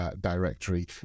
directory